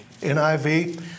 NIV